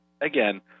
Again